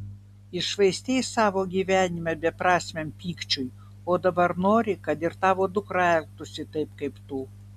iššvaistei savo gyvenimą beprasmiam pykčiui o dabar nori kad ir tavo dukra elgtųsi taip kaip tu